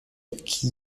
qui